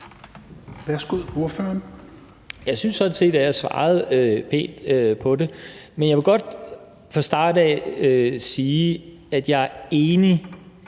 Kim Valentin (V): Jeg synes sådan set, at jeg svarede pænt på det. Men jeg vil godt fra start af sige, at jeg er enig